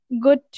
good